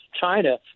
China